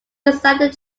decided